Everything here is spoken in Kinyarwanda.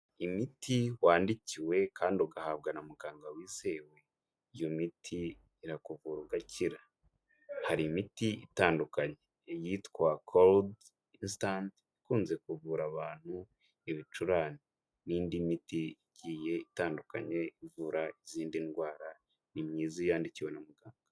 Imiti wandikiwe kandi ugahabwa na muganga wizewe. iyo miti irakuvurwakira, hari imiti itandukanye iyitwa korudi esitanti ikunze kuvura abantu ibicurane, n'indi miti igi itandukanye ivura izindi ndwara ni myiza iyo uyandikiwe na muganga.